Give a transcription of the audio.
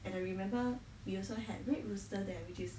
and I remember we also had red rooster there which is